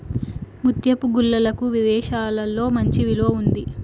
ముత్యపు గుల్లలకు విదేశాలలో మంచి విలువ ఉంది